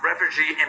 Refugee